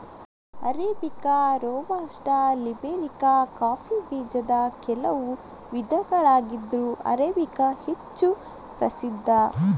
arabica, robusta, liberica coffee ಬೀಜದ ಕೆಲವು ವಿಧಗಳಾಗಿದ್ರೂ ಅರೇಬಿಕಾ ಹೆಚ್ಚು ಪ್ರಸಿದ್ಧ